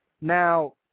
Now